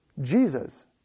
Jesus